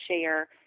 share